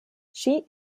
she